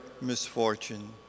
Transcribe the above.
misfortune